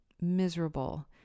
miserable